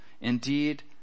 Indeed